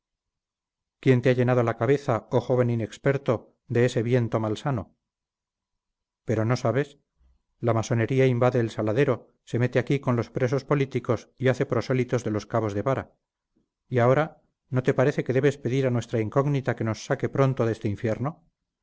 quién te ha llenado la cabeza oh joven inexperto de ese viento malsano pero no sabes la masonería invade el saladero se mete aquí con los presos políticos y hace prosélitos de los cabos de vara y ahora no te parece que debes pedir a nuestra incógnita que nos saque pronto de este infierno